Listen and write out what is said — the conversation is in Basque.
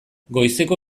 goizeko